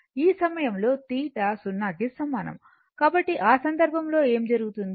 ఈ సమయంలో θ 0 కి సమానము కాబట్టి ఆ సందర్భంలో ఏమి జరుగుతుంది